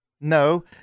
No